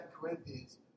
Corinthians